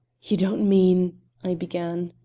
you don't mean i began.